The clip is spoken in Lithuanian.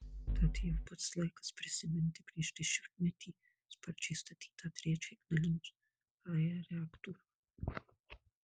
tad jau pats laikas prisiminti prieš dešimtmetį sparčiai statytą trečią ignalinos ae reaktorių